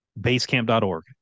Basecamp.org